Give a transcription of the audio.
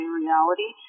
reality